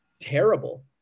terrible